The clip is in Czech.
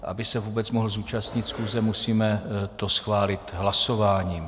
Aby se vůbec mohl zúčastnit schůze, musíme to schválit hlasováním.